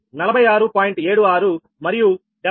76 మరియు 73